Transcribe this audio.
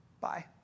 bye